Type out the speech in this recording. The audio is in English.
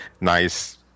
nice